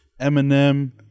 Eminem